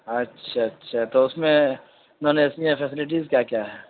اچھا اچھا تو اس میں نان اے سی میں فیسیلیٹیز کیا کیا ہیں